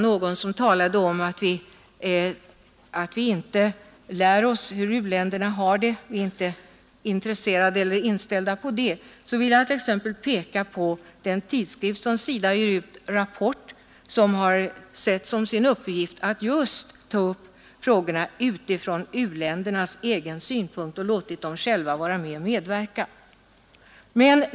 Någon talade om att vi inte lär oss hur u-länderna har det och inte är intresserade av eller inställda på att göra det, men jag vill som exempel peka på den tidskrift SIDA ger ut, Rapport. Den har sett som sin uppgift att även ta upp frågorna utifrån u-ländernas egna synpunkter och låtit personer därifrån medarbeta.